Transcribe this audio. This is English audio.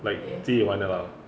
like 自己换的 lah